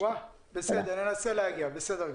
ננסה להגיע אליכם.